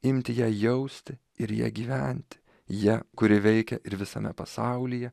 imti ją jausti ir ja gyventi ja kuri veikia ir visame pasaulyje